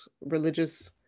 religious